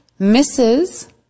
Mrs